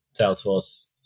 salesforce